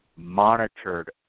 monitored